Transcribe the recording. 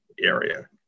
area